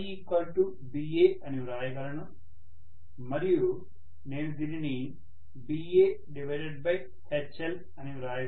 కాబట్టి ఈ BA అని వ్రాయగలను మరియు నేను దీనిని BAHlఅని వ్రాయగలను